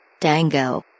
Dango